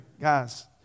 guys